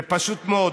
זה פשוט מאוד.